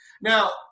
Now